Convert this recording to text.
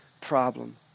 problem